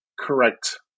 correct